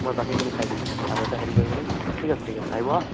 মই বাকীখিনি চাই দিম আৰু এটা হেৰি কৰিব লাগিব ঠিক আছে ঠিক আছে আহিব হা